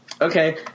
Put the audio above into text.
Okay